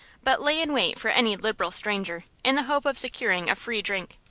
but lay in wait for any liberal stranger, in the hope of securing a free drink.